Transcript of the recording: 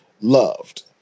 loved